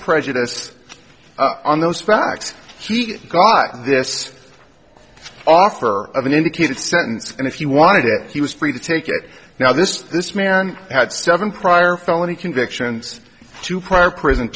prejudice on those facts he got this offer of an indicated sentence and if you wanted it he was free to take it now this this man had seven prior felony convictions two prior prison